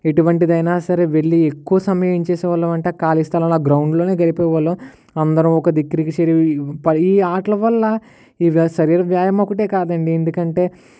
ఎటువంటిదైనా సరే వెళ్ళి ఎక్కువ సమయం ఏమి చేసే వాళ్ళమంటే ఖాళీ స్థలం ఆ గ్రౌండ్లోనే గడిపేవాళ్ళం అందరం ఒక దగ్గరికి చేరి మరి ఈ ఆటల వల్ల శరీర వ్యాయామం ఒకటే కాదండి ఎందుకంటే